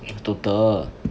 if tutor